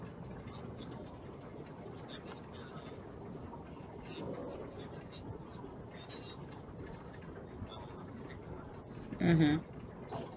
mmhmm